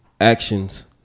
actions